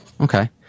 Okay